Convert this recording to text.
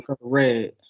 red